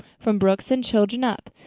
from brooks and children up,